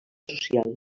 social